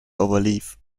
overleaf